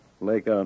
Lake